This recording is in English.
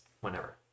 whenever